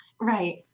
Right